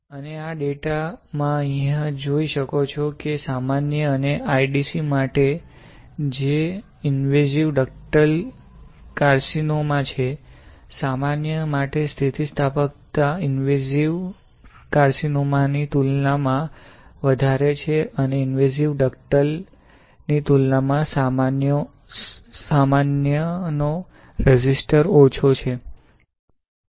અને આ ડેટા માં અહીં જોઈ શકો છો કે સામાન્ય અને IDC માટે જે ઇંવેસિવ ડક્ટલ કાર્સિનોમા છે સામાન્ય માટે સ્થિતિસ્થાપકતા ઇંવેસિવ ડક્ટલ કાર્સિનોમા ની તુલનામાં વધારે છે અને ઇંવેસિવ ડક્ટલ કાર્સિનોમા ની તુલનામાં સામાન્યનો રેઝિસ્ટર ઓછો છે